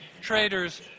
traders